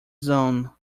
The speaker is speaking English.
zone